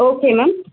okay ma'am